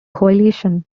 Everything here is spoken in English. coalition